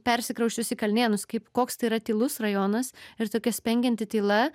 persikrausčius į kalnėnus kaip koks tai yra tylus rajonas ir tokia spengianti tyla